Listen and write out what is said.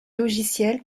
logiciels